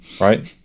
right